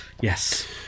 Yes